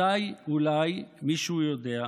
מתי, אולי מישהו יודע,